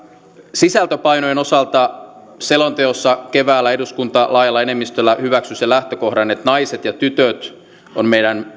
sisältöpainojen osalta selonteossa keväällä eduskunta laajalla enemmistöllä hyväksyi sen lähtökohdan että naiset ja tytöt on meidän